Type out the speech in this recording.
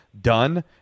done